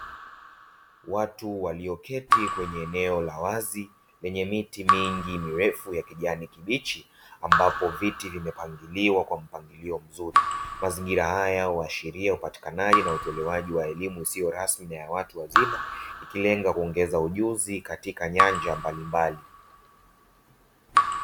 Watu walioketi kwenye eneo la wazi lenye miti mingi mirefu ya kijani kibichi, ambapo viti vimepangiliwa kwa mpangilio mzuri. Mazingira haya huashiria upatikanaji na utolewaji wa elimu isiyo rasmi na ya watu wazima ikilenga kuongeza ujuzi katika nyanja mbalimbali.